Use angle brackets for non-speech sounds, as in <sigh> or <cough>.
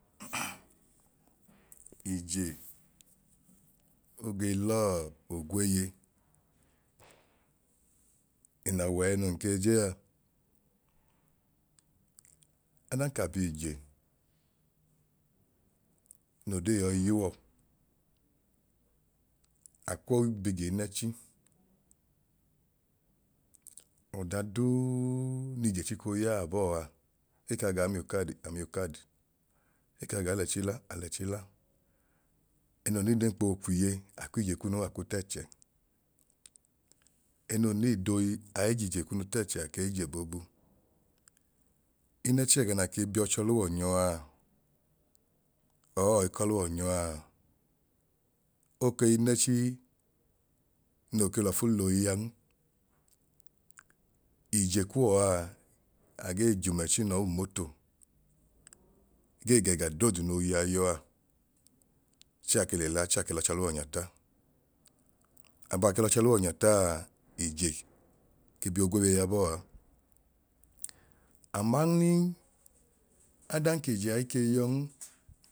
<noise> ije oge lọọ ogweeye nna awẹa ẹnun ke je a adan ka biije noo dee yọi yuwọ akwọi bi gii nẹchi ọda duuuu n'ije chiko ya abọọ a, ekaa gaa miu kardi ami ucardi, ekaa gaa lẹchi la alẹchi la, ẹnoo need ẹnkpọ okwiye akw'ije kunuu aku tẹchẹ, ẹẹnoo need oyi ai j'ije kunu t'ẹchẹ akei je boobu. Inẹchi ẹga naa ke biọchọluwọ nyọaa ọọ ọyi kọluwọ nyọ aa oke inẹchi noo ke lọfu loyia'n. Ije kuwọ aa agee ju machin ọọ umooto gee gẹga doodu noo yọa chẹẹ ake le la chẹẹ ake l'ọchọluwọ nyata, abaa ke l'ọchọluwa nyataaa ije ke biyo gweeye wa bọọa amanlin adan k'ije ai ke yọn